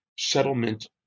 Settlement